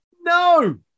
No